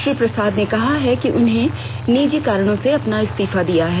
श्री प्रसाद ने कहा है कि उन्होंने निजी कारणों से अपना इस्तीफा दिया है